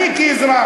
אני כאזרח,